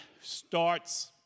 starts